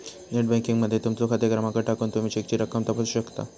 net banking मध्ये तुमचो खाते क्रमांक टाकून तुमी चेकची रक्कम तपासू शकता